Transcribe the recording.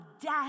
death